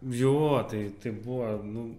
jo tai tai buvo nu